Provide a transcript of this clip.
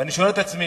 ואני שואל את עצמי,